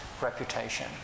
reputation